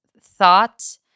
thought